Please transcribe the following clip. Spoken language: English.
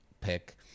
pick